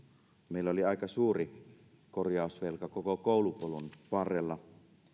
meillä oli aika suuri korjausvelka koko koulupolun varrella